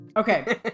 Okay